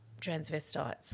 transvestites